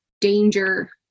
danger